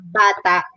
bata